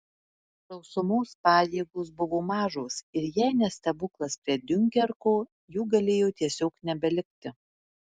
sausumos pajėgos buvo mažos ir jei ne stebuklas prie diunkerko jų galėjo tiesiog nebelikti